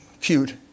cute